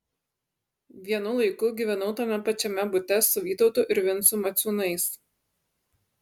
vienu laiku gyvenau tame pačiame bute su vytautu ir vincu maciūnais